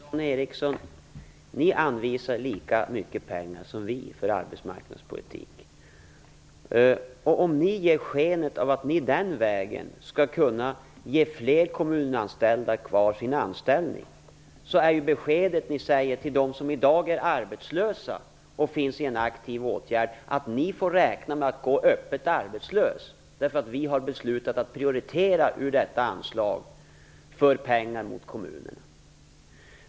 Herr talman! Men, Dan Ericsson, ni anvisar lika mycket pengar som vi för arbetsmarknadspolitiken. Om ni ger skenet av att ni den vägen skall kunna låta fler kommunalanställda behålla sin anställning är det besked ni ger till dem som i dag är arbetslösa och finns i en aktiv åtgärd att de får räkna med att gå öppet arbetslösa därför att ni har beslutat att ur detta anslag prioritera pengar till kommunerna.